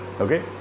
Okay